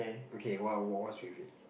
okay what what's with it